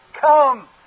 Come